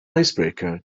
icebreaker